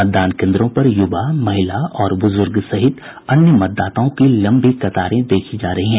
मतदान केन्द्रों पर युवा महिला और बुजुर्ग सहित अन्य मतदाताओं की लंबी कतारें देखी जा रही है